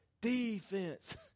defense